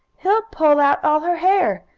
he'll pull out all her hair!